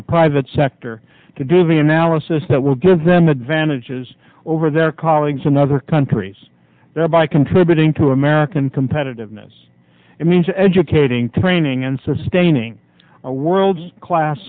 the private sector to do the analysis that will give them advantages over their colleagues in other countries thereby contributing to american competitiveness it means educating training and sustaining a world class